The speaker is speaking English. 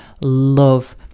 love